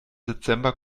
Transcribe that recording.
dezember